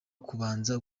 kubanza